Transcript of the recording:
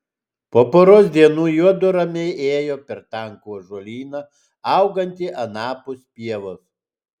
po poros dienų juodu ramiai ėjo per tankų ąžuolyną augantį anapus pievos